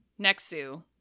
Nexu